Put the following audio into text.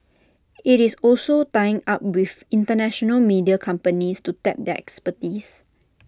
IT is also tying up with International media companies to tap their expertise